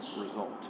result